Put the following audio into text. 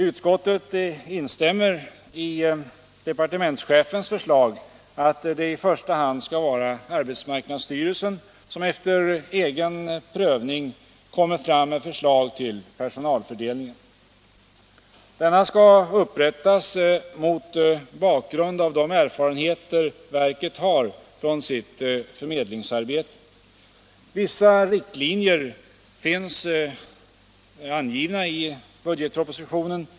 Utskottet instämmer i departementschefens förslag att det i första hand skall vara arbetsmarknadsstyrelsen som efter egen prövning kommer fram med förslag till personalfördelningen. Denna skall upprättas mot bakgrund av de erfarenheter verket har från sitt förmedlingsarbete. Vissa riktlinjer finns angivna i budgetpropositionen.